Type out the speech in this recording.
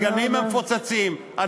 לגנים המפוצצים.